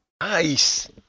Nice